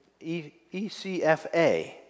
ECFA